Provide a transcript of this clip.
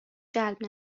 جلب